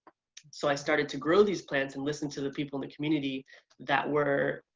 so i started to grow these plants and listen to the people in the community that were.